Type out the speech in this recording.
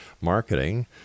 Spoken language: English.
marketing